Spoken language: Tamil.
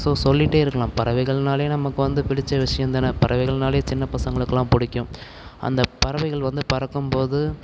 ஸோ சொல்லிக்கிட்டே இருக்கலாம் பறவைகள்னால் நமக்கு வந்து பிடிச்ச விஷயம் தான் பறவைகள்னால் சின்ன பசங்களுக்கெலாம் பிடிக்கும் அந்த பறவைகள் வந்து பறக்கும் போது